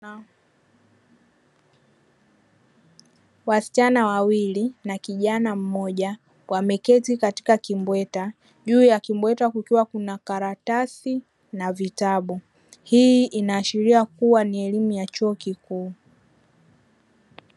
Wasichana wawili na kijana mmoja wameketi katika kibweta juu ya kibweta kukiwa na karatasi na vitabu hii inaashiria kuwa ni elimu ya chuo kikuu.